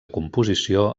composició